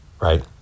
right